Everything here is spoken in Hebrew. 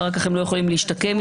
אחר כך הם לא יכולים להשתקם מזה.